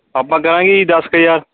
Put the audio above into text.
ਆਪਾਂ ਕਰਾਂਗੇ ਜੀ ਦਸ ਕੁ ਹਜ਼ਾਰ